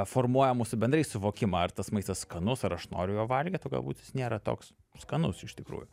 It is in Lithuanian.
formuoja mūsų bendrai suvokimą ar tas maistas skanus ar aš noriu jo valgyt o galbūt jis nėra toks skanus iš tikrųjų